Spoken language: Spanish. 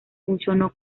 funcionó